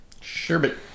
Sherbet